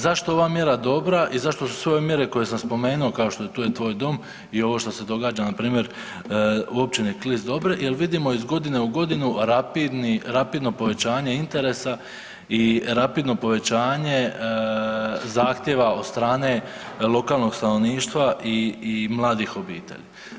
Zašto je ova mjera dobra i zašto su sve ove mjere koje sam spomenuo kao što je „Tu je tvoj dom“ i ovo što se događa npr. u općini Klis dobre jer vidimo iz godine u godinu rapidni, rapidno povećanje interesa i rapidno povećanje zahtjeva od strane lokalnog stanovništva i, i mladih obitelji.